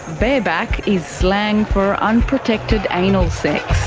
bareback is slang for unprotected anal sex.